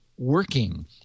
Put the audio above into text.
Working